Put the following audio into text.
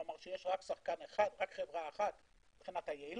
כלומר שיש רק שחקן אחד מבחינת היעילות,